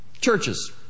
churches